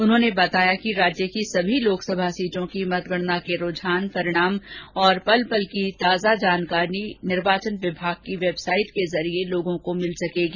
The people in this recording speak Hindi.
उन्होंने बताया कि राज्य की सभी लोकसभा सीटों की मतगणना के रूझान परिणाम और पल पल की ताजा जानकारी निर्वाचन विभाग की वेबसाइट के जरिए लोगों को मिल सकेगी